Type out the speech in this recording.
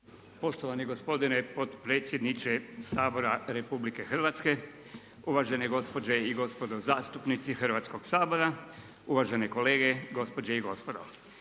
Poštovani gospodine potpredsjedniče Sabora RH. Uvažene gospođe i gospodo zastupnici Hrvatskog sabora, uvažene kolege, gospođo i gospodo.